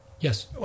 Yes